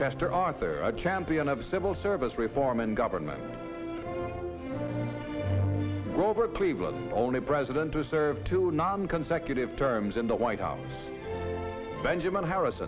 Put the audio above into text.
chester arthur champion of civil service reform and government grover cleveland only president to serve two nonconsecutive terms in the white house benjamin harris